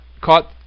caught